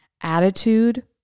attitude